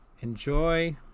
enjoy